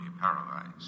Paralyzed